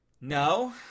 No